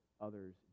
others